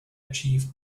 achieve